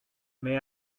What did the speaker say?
may